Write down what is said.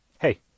Hey